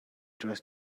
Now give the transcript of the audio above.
dress